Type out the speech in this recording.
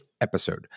episode